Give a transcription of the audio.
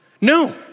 No